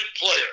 player